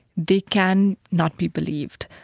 they can not be believed.